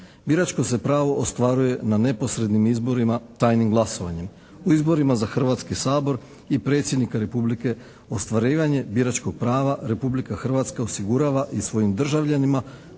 Biračko se pravo ostvaruje na neposrednim izborima tajnim glasovanjem. U izborima za Hrvatski sabor i predsjednika Republike ostvarivanje biračkog prava Republika Hrvatska osigurava i svojim državljanima